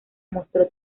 mostró